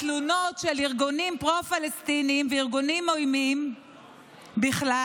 התלונות של ארגונים פרו-פלסטיניים וארגונים עוינים בכלל